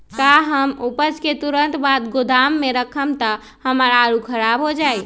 का हम उपज के तुरंत बाद गोदाम में रखम त हमार आलू खराब हो जाइ?